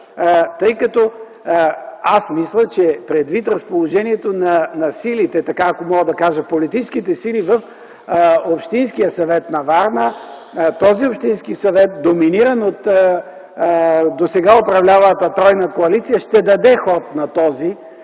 тъй като аз мисля, че предвид разположението, ако мога така да кажа, на политическите сили в Общинския съвет на Варна – този общински съвет, доминиран от досега управлявалата тройна коалиция, ще даде ход на този